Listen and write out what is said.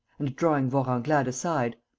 and, drawing vorenglade aside,